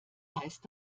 heißt